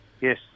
Yes